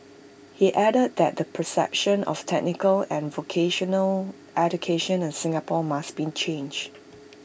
he added that the perception of technical and vocational education in Singapore must be changed